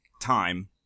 time